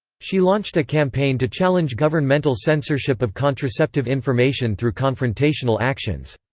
she launched a campaign to challenge governmental censorship of contraceptive information through confrontational actions.